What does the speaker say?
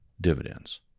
dividends